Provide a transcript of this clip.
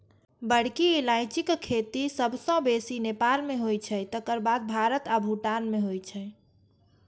बड़की इलायचीक खेती सबसं बेसी नेपाल मे होइ छै, तकर बाद भारत आ भूटान मे होइ छै